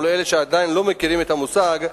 ולאלה שעדיין לא מכירים את המושג,